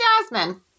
Jasmine